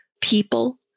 people